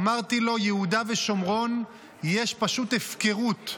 אמרתי לו: יהודה ושומרון, יש פשוט הפקרות,